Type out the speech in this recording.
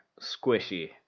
squishy